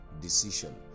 decision